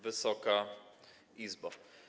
Wysoka Izbo!